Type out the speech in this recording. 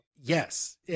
Yes